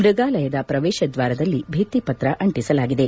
ಮ್ಯಗಾಲಯದ ಪ್ರವೇಶ ದ್ವಾರದಲ್ಲಿ ಭಿತ್ತಿ ಪತ್ರ ಅಂಟಿಸಲಾಗಿದೆ